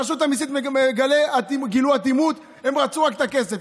רשות המיסים גילו אטימות, הם רצו רק את הכסף.